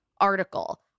Article